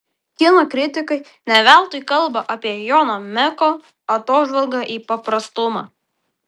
kino kritikai ne veltui kalba apie jono meko atožvalgą į paprastumą